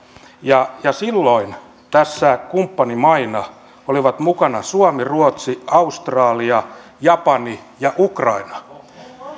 ja silloin tässä kumppanimaina olivat mukana suomi ruotsi australia japani ja ukraina